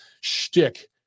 shtick